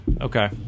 Okay